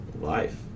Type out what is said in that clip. life